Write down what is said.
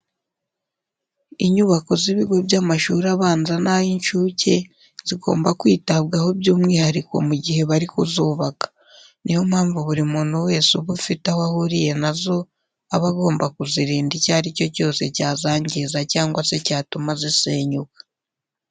Inyubako z'ibigo by'amashuri abanza n'ay'incuke zigomba kwitabwaho by'umwihariko mu gihe bari kuzubaka. Niyo mpamvu buri muntu wese uba afite aho ahuriye na zo aba agomba kuzirinda icyo ari cyo cyose cyazangiza cyangwa se cyatuma zisenyuka.